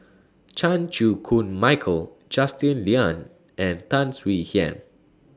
Chan Chew Koon Michael Justin Lean and Tan Swie Hian